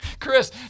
Chris